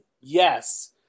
Yes